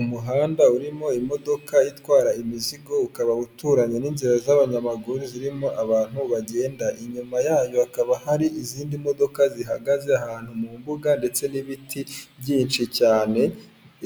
Umuhanda urimo imodoka itwara imizigo ukaba uturanye n'inzira z'abanyamaguru zirimo abantu bagenda, inyuma yayo hakaba hari izindi modoka zihagaze ahantu mu mbuga ndetse n'ibiti byinshi cyane,